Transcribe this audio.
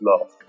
love